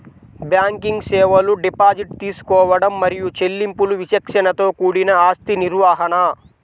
banking సేవలు deposit తీసుకోవడం మరియు చెల్లింపులు విచక్షణతో కూడిన ఆస్తి నిర్వహణ,